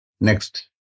Next